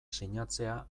sinatzea